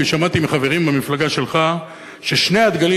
כי שמעתי מחברים במפלגה שלך ששני הדגלים